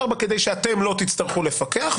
4 כדי שאתם לא תצטרכו לפקח,